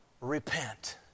repent